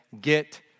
get